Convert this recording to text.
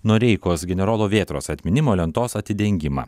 noreikos generolo vėtros atminimo lentos atidengimą